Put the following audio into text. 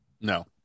No